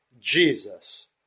Jesus